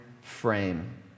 frame